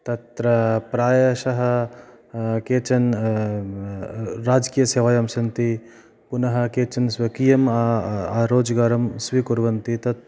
तत्र प्रायशः केचन राजकीयसेवायां सन्ति पुनः केचन स्वकीयम् रोजगारं स्वीकुर्वन्ति तत्